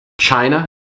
China